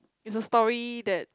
it's a story that